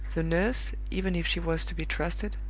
the nurse, even if she was to be trusted,